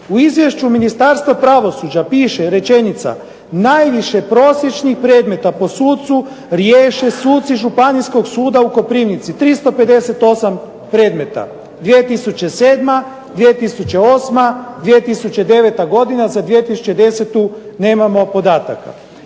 u izvješću Ministarstva pravosuđa piše rečenica "najviše prosječnih predmeta po sucu riješe suci Županijskog suda u Koprivnici, 358 predmeta.", 2007.,2008., 2009. godina za 2010. nemamo podataka.